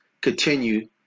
continue